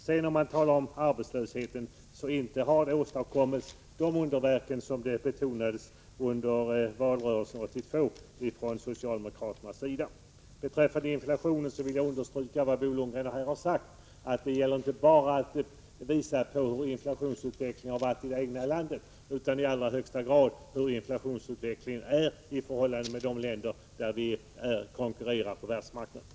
När det sedan gäller arbetslösheten vill jag säga att inte har det åstadkommits de underverk som socialdemokraterna talade om i valrörelsen 1982. Beträffande inflationen vill jag understryka vad Bo Lundgren här har sagt, att det inte bara gäller att visa hur inflationsutvecklingen har varit i det egna landet utan också i allra högsta grad hur inflationsutvecklingen är i förhållande till utvecklingen i de länder som vi konkurrerar med på världsmarknaden.